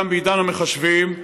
גם בעידן המחשבים,